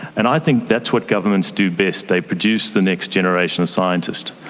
and i think that's what governments do best, they produce the next generation of scientists.